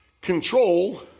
control